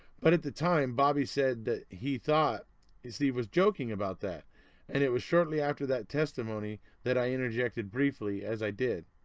but at the time bobby said that he thought steve was joking about that and it was shortly after that testimony that i interjected briefly as i did.